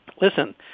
listen